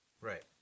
Right